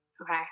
Okay